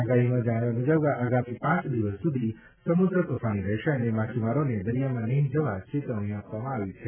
આગાહીમાં જણાવ્યા મુજબ આગામી પાંચ દિવસ સુધી સમુદ્ર તોફાની રહેશે અને માછીમારોને દરિયામાં નહીં જવા ચેતવણી આપવામાં આવી છે